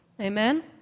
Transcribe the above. Amen